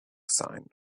sign